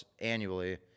annually